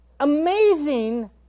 Amazing